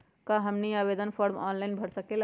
क्या हमनी आवेदन फॉर्म ऑनलाइन भर सकेला?